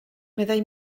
meddai